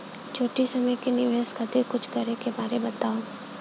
छोटी समय के निवेश खातिर कुछ करे के बारे मे बताव?